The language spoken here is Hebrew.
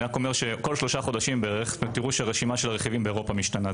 כל שלושה חודשים בערך תראו שהרשימה של הרכיבים באירופה באירופה משתנה.